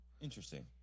Interesting